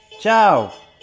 ciao